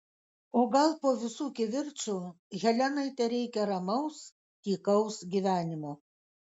o gal po visų kivirčų helenai tereikia ramaus tykaus gyvenimo